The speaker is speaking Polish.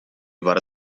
war